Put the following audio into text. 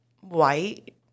white